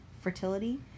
fertility